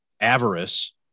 avarice